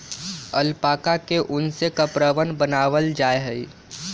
alpaca के उन से कपड़वन बनावाल जा हई